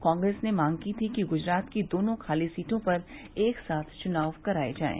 कांग्रेस ने मांग की थी कि गुजरात की दोनों खाली सीटों पर एक साथ चुनाव कराए जायें